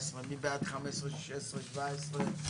17. הצבעה סעיפים 15, 16, 17 אושרו.